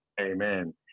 Amen